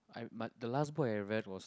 I my the last book that I read was